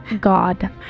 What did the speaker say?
God